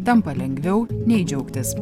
tampa lengviau nei džiaugtis